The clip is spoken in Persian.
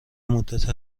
مدت